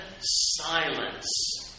silence